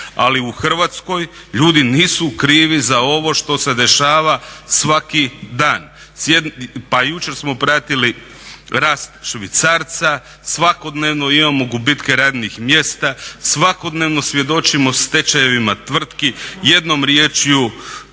Ali u Hrvatskoj ljudi nisu krivi za ovo što se dešava svaki dan. Pa i jučer smo pratili rast švicarca, svakodnevno imamo gubitke radnih mjesta, svakodnevno svjedočimo stečajevima tvrtki. Jednom riječju